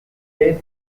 says